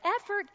effort